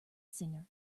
singer